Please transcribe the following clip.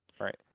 Right